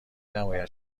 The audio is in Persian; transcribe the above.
نباید